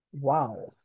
Wow